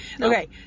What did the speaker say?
okay